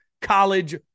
college